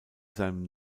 seinem